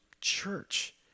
church